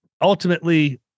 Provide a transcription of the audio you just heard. ultimately